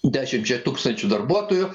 dešimčiai tūkstančių darbuotojų